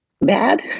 bad